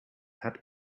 had